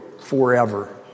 forever